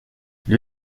lui